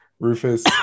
Rufus